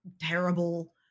terrible